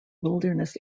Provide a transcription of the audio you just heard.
wilderness